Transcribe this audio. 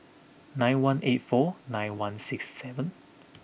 nine one eight four nine one six seven